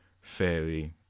fairly